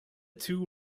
two